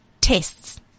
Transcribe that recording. tests